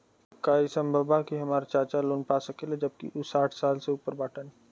का ई संभव बा कि हमार चाचा लोन पा सकेला जबकि उ साठ साल से ऊपर बाटन?